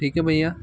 ठीक है भैया